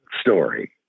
story